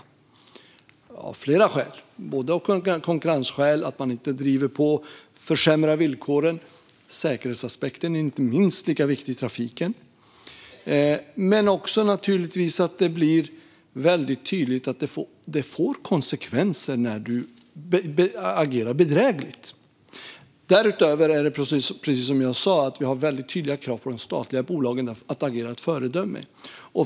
Detta har vi gjort av flera skäl, bland annat av konkurrensskäl - det är viktigt att man inte driver på och försämrar villkoren. Inte minst säkerhetsaspekten i trafiken är lika viktig. Det ska också vara väldigt tydligt att det får konsekvenser när du agerar bedrägligt. Därutöver har vi, precis som jag sa, väldigt tydliga krav på de statliga bolagen när det gäller att de ska agera föredömligt.